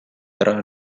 tra